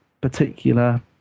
particular